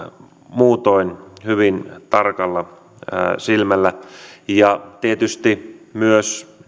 muutoin hyvin tarkalla silmällä tietysti myös